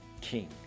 King